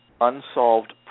unsolved